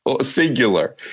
singular